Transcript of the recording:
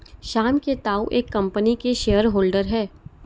श्याम के ताऊ एक कम्पनी के शेयर होल्डर हैं